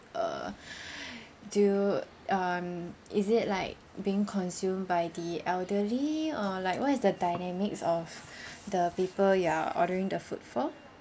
uh do you um is it like being consumed by the elderly or like what is the dynamics of the people you're ordering the food for